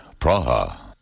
Praha